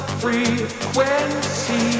frequency